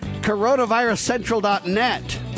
CoronavirusCentral.net